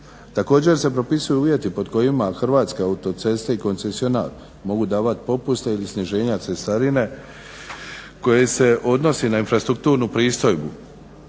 Također se propisuju uvjeti pod kojima Hrvatske autoceste i koncesionar mogu davat popuste ili sniženja cestarine koje se odnosi na infrastrukturnu pristojbu.